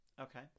Okay